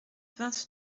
vingt